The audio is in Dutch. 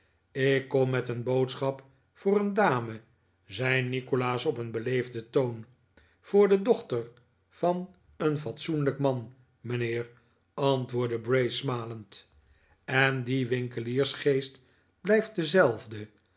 ik kom met een boodschap voor een dame zei nikolaas op een beleefdeh toon voor de dochter van een fatsoenlijk man mijnheer antwoordde bray smalend en die winkeliersgeest blijft dezelfde